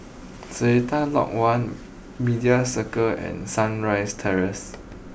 Seletar Lodge one Media Circle and Sunrise Terrace